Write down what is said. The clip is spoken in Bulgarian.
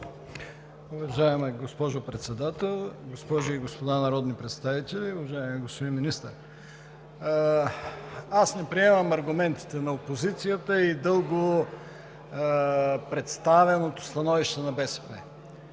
Уважаема госпожо Председател, госпожи и господа народни представители, уважаеми господин Министър! Аз не приемам аргументите на опозицията и дълго представеното становище на БСП.